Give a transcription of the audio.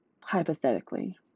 hypothetically